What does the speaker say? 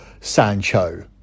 Sancho